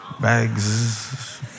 Bags